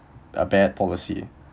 a bad policy